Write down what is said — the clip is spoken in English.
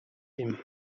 him